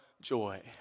joy